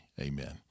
Amen